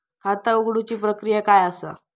खाता उघडुची प्रक्रिया काय असा?